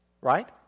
right